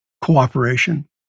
cooperation